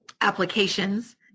applications